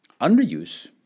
Underuse